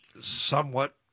somewhat